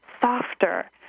softer